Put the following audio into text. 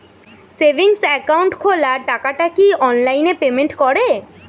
Savings account খোলা টাকাটা কি অনলাইনে পেমেন্ট করে?